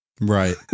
Right